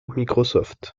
microsoft